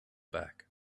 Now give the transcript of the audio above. back